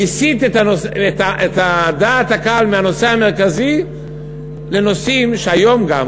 הסיט את דעת הקהל מהנושא המרכזי לנושאים שהיום גם,